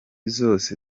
zose